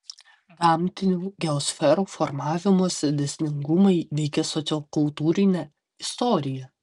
gamtinių geosferų formavimosi dėsningumai veikia sociokultūrinę istoriją